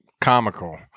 comical